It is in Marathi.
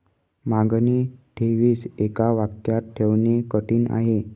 मागणी ठेवीस एका वाक्यात ठेवणे कठीण आहे